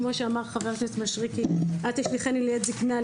כמו שאמר חבר הכנסת מישרקי ״אל תשליכני לעת זקנה,